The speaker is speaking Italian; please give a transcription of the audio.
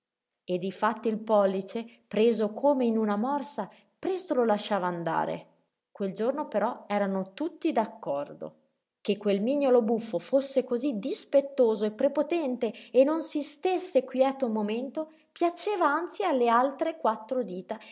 io e difatti il pollice preso come in una morsa presto lo lasciava andare quel giorno però erano tutti d'accordo che quel mignolo buffo fosse cosí dispettoso e prepotente e non si stésse quieto un momento piaceva anzi alle altre quattro dita